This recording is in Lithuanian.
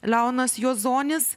leonas juozonis